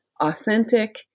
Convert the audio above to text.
authentic